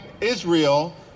Israel